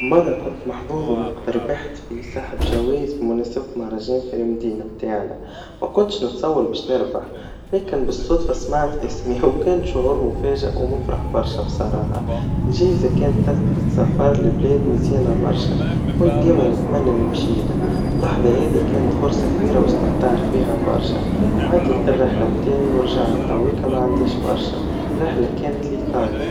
مرا كنت محظوظ وقت ما ربحت في سحب جوايز, بمناسبة مهرجان فالمدينا متاعنا, مكنتش نتصور باش نربح, لكن بالصدفا سمعت اسمي, وكان شعور مفاجئ ومفرح برشا بصراحا, الجايزا كانت تذكرة سفر, لبلاد مزيانا برشا, كنت ديما نتمنى نمشيلها, اللحظا هذي كانت فرصا كبيرا واستمتعت بيها برشا, وعديت الرحلا متاعي, ورجعت تويكا معنديش برشا, الرحلا كانت لايطاليا.